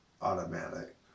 automatic